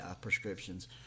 prescriptions